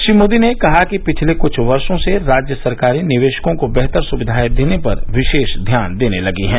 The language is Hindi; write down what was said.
श्री मोदी ने कहा कि पिछले कुछ वर्षो से राज्य सरकारें निवेशकों को बेहतर सुविधाएं देने पर विशेष ध्यान देने लगी हैं